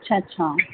अछा अछा